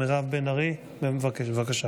מירב בן ארי, בבקשה.